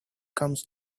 comes